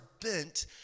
bent